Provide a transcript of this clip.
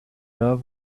love